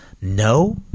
no